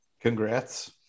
congrats